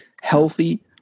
healthy